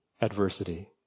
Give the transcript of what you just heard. adversity